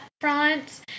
front